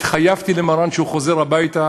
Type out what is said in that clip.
התחייבתי למרן שהוא חוזר הביתה,